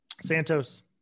Santos